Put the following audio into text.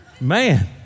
man